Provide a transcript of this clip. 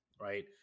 right